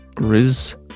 Riz